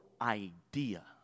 idea